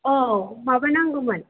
औ माबा नांगौमोन